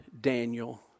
Daniel